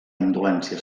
indolència